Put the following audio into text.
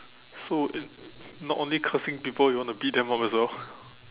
so it not only cursing people you want to beat them up as well